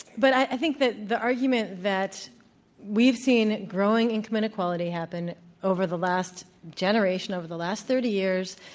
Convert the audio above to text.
but i think that the argument that we've seen growing income inequality happen over the last generation, over the last thirty years,